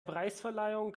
preisverleihung